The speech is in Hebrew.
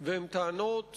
והן טענות